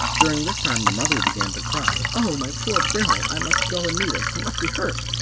during this time the mother began to cry, oh, my poor bill, i must go and meet him he must be hurt.